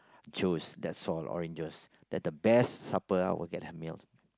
juice that's all oranges that the best supper I would get a meal